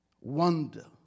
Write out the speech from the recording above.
wonder